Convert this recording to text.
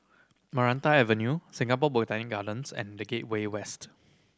Maranta Avenue Singapore Botanic Gardens and The Gateway West